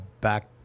back